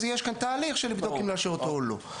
אז יש כאן תהליך של לבדוק אם לאשר אותו או לא.